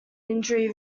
injury